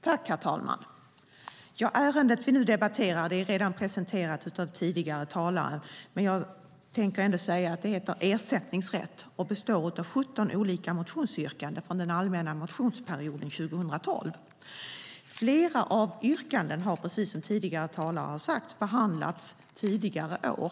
Herr talman! Ärendet vi nu debatterar är redan presenterat av tidigare talare, men jag tänkte ändå säga att det heter Ersättningsrätt och består av 17 olika motionsyrkanden från den allmänna motionstiden 2012. Precis som tidigare talare har sagt har flera av yrkandena behandlats tidigare år.